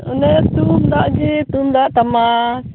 ᱚᱱᱮ ᱛᱩᱝᱫᱟᱜ ᱜᱮ ᱛᱩᱝᱫᱟᱜ ᱴᱟᱢᱟᱠ